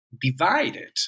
divided